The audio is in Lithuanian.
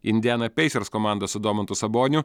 indiana peisers komanda su domantu saboniu